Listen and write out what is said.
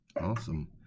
Awesome